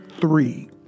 three